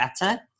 better